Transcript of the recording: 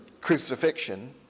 crucifixion